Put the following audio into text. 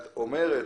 את אומרת,